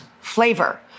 flavor